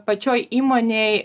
pačioj įmonėj